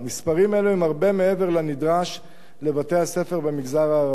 מספרים אלה הם הרבה מעבר לנדרש לבתי-הספר במגזר הערבי.